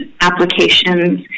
applications